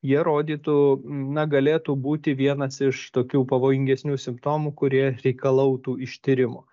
jie rodytų na galėtų būti vienas iš tokių pavojingesnių simptomų kurie reikalautų ištyrimo